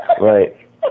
Right